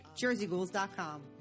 JerseyGhouls.com